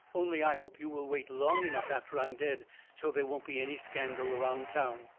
only i hope you will wait long enough after i'm dead so there won't be any scandal around town.